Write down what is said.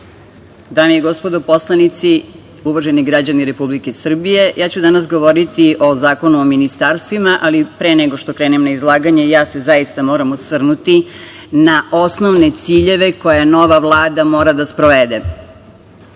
i gospodo poslanici, uvaženi građani Republike Srbije, ja ću danas govoriti o zakonu o ministarstvima, ali pre nego što krenem na izlaganje, zaista se moram osvrnuti na osnovne ciljeve koje nova Vlada mora da sprovede. Velika